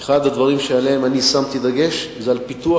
אחד הדברים שעליהם אני שמתי דגש זה פיתוח